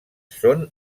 són